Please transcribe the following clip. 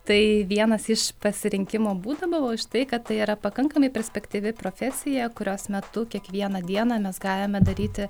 tai vienas iš pasirinkimo būdų buvo už tai kad tai yra pakankamai perspektyvi profesija kurios metu kiekvieną dieną mes galime daryti